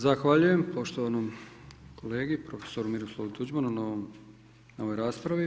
Zahvaljujem poštovanom kolegi profesoru Miroslavu Tuđmanu na ovoj raspravi.